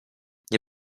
nie